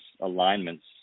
alignments